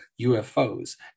UFOs